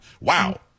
Wow